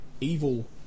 evil